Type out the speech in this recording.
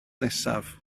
nesaf